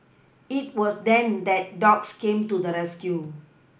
it was then that dogs came to the rescue